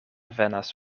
venas